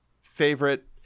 favorite